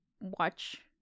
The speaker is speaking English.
watch